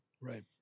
Right